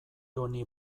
honi